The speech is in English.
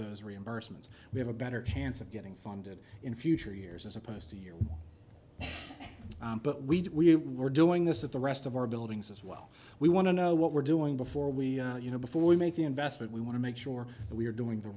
those reimbursements we have a better chance of getting funded in future years as opposed to year but we were doing this with the rest of our buildings as well we want to know what we're doing before we you know before we make the investment we want to make sure that we're doing the